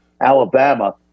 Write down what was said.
Alabama